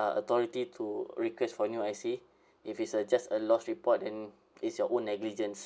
uh authority to request for new I_C if it's a just a loss report then it's your own negligence